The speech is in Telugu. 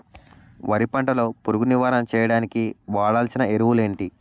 వరి పంట లో పురుగు నివారణ చేయడానికి వాడాల్సిన ఎరువులు ఏంటి?